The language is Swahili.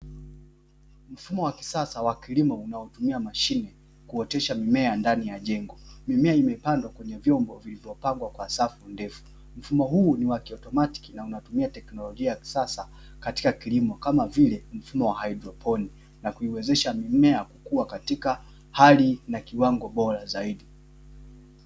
Mfumo wa kisasa wa kilimo unaotumia mashine kuotesha mimea ndani ya jengo, mimea imepandwa kwenye vyombo vilivyopandwa kwa safu ndefu, mfumo huu ni wa kiautomatiki na unatumia tekinolojia ya kisasa katika kilimo kama vile mfumo wa haidroponi, na kuiwezesha mimea kukua kaatika hali na kiwango bora zaidi.